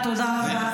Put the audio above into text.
תודה רבה,